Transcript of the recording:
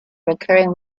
recurring